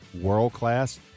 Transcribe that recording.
world-class